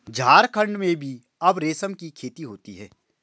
झारखण्ड में भी अब रेशम की खेती होती है